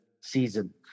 season